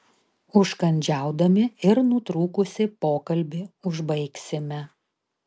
užkandžiaudami ir nutrūkusį pokalbį užbaigsime